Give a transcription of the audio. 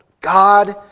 God